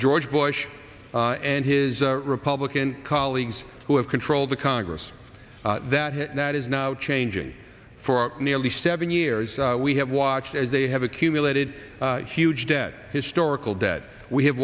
george bush and his republican colleagues who have controlled the congress that it is now changing for nearly seven years we have watched as they have accumulated huge debt historical debt we ha